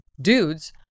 dudes